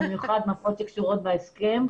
במיוחד מפות שקשורות בהסכם.